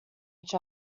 each